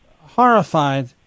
horrified